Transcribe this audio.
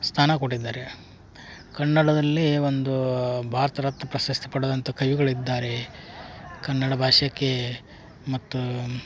ಸ್ಥಾನ ಕೊಟ್ಟಿದ್ದಾರೆ ಕನ್ನಡದಲ್ಲಿ ಒಂದು ಭಾರತ ರತ್ನ ಪ್ರಶಸ್ತಿ ಪಡೆದಂಥ ಕವಿಗಳಿದ್ದಾರೆ ಕನ್ನಡ ಭಾಷೆಗೆ ಮತ್ತು